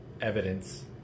evidence